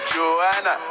Joanna